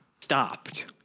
stopped